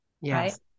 Yes